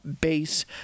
base